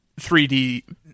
3D